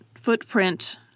footprint